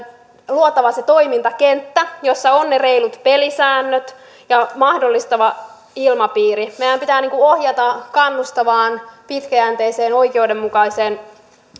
luotava se toimintakenttä jossa ovat ne reilut pelisäännöt ja mahdollistava ilmapiiri meidän pitää ohjata kannustavaan pitkäjänteiseen oikeudenmukaiseen